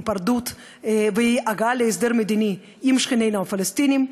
היפרדות והגעה להסדר מדיני עם שכנינו הפלסטינים.